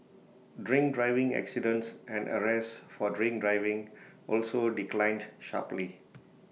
drink driving accidents and arrests for drink driving also declined sharply